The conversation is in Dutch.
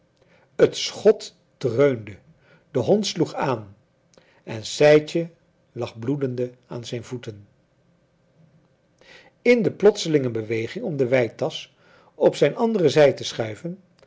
het schot dreunde de hond sloeg aan en sijtje lag bloedende aan zijn voeten in de plotselinge beweging om de weitasch op zijn andere zijde te schuiven